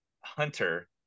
Hunter